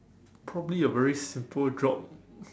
probably a very simple job